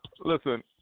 Listen